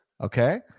Okay